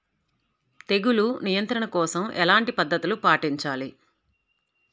తెగులు నియంత్రణ కోసం ఎలాంటి పద్ధతులు పాటించాలి?